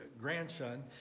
grandson